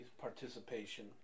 participation